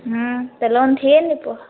त लोन थी वेंदी पोइ